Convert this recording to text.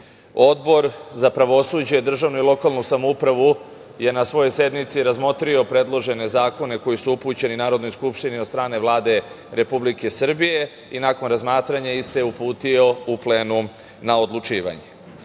Odbor za pravosuđe, državnu i lokalnu samoupravu je na svojoj sednici razmotrio predložene zakone koji su upućeni Narodnoj skupštini od strane Vlade Republike Srbije i nakon razmatranja iste je uputio u plenum na odlučivanje. Pred